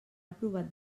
aprovat